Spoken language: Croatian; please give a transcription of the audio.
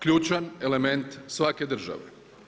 Ključan element svake države.